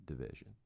Division